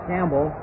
Campbell